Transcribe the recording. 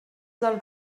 del